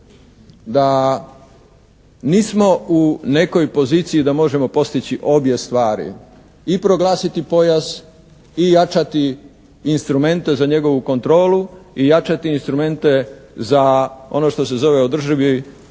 da nismo u nekoj poziciji da možemo postići obje stvari. I proglasiti pojas i jačati instrumente za njegovu kontrolu i jačati instrumente za ono što se zove održivo